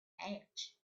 edge